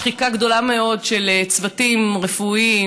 שחיקה גדולה מאוד של צוותים רפואיים,